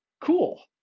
cool